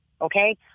Okay